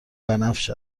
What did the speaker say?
بنفش